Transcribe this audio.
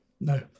no